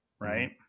right